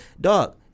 Dog